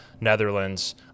Netherlands